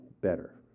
better